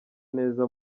neza